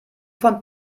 von